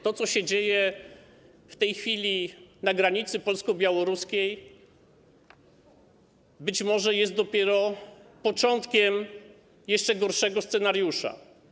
To, co się dzieje w tej chwili na granicy polsko-białoruskiej, być może jest dopiero początkiem jeszcze gorszego scenariusza.